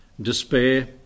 despair